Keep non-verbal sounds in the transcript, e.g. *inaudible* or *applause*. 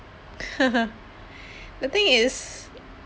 *noise* the thing is